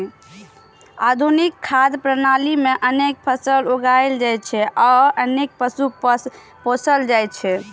आधुनिक खाद्य प्रणाली मे अनेक फसल उगायल जाइ छै आ अनेक पशु पोसल जाइ छै